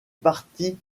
parties